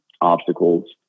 obstacles